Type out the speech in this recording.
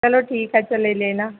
चलो ठीक है अच्छा ले लेना